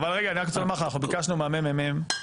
ו-(יג); (5)